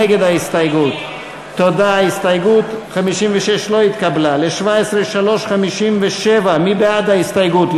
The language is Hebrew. ל-17(3), הסתייגות 57. מי בעד ההסתייגות?